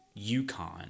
UConn